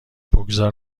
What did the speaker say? بگذار